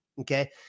Okay